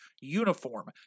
uniform